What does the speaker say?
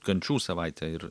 kančių savaitę ir